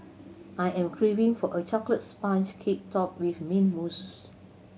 I am craving for a chocolate sponge cake topped with mint mousse